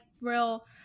real